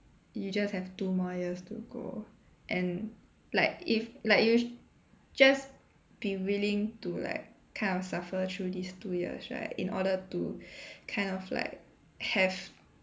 you just have two more years to go and like if like you just be willing to like kind of suffer through these two years right in order to kind of like have